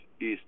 East